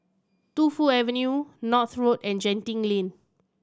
Tu Fu Avenue North Road and Genting Lane